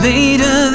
Later